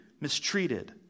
mistreated